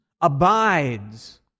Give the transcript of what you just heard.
abides